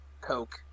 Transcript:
coke